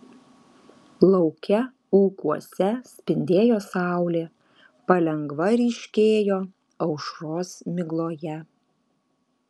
lauke ūkuose spindėjo saulė palengva ryškėjo aušros migloje